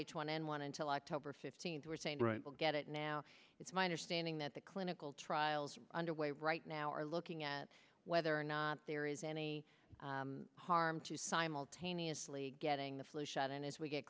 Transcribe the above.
h one n one until october fifteenth we're saying right now get it now it's my understanding that the clinical trials are underway right now are looking at whether or not there is any harm to simultaneously getting the flu shot and as we get